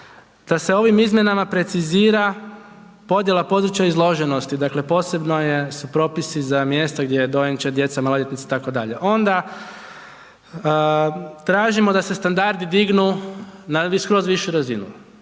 da se ovim izmjenama precizira podjela područja izloženosti, dakle, posebno su propisi za mjesta gdje je dojenčad, djeca, maloljetnici, itd. Onda tražimo da se standardi dignu na skroz višu razinu.